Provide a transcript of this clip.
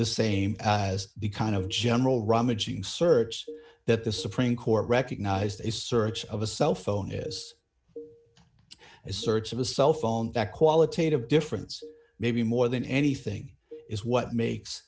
the same as the kind of general rummaging search that the supreme court recognized a search of a cell phone is a search of a cell phone that qualitative difference may be more than anything is what makes